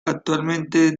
actualmente